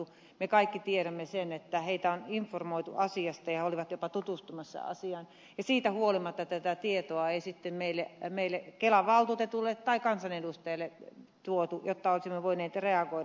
me kaikki tiedämme sen että heitä on informoitu asiasta ja he olivat jopa tutustumassa asiaan ja siitä huolimatta tätä tietoa ei sitten meille kelan valtuutetuille tai kansanedustajille tuotu jotta olisimme voineet reagoida asiaan